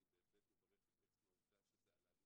אני בהחלט מברך את עצם העובדה שזה עלה לדיון.